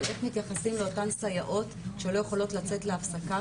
איך מתייחסים לאותן סייעות שלא יכולות לצאת להפסקה,